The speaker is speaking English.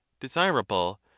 desirable